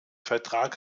vertrag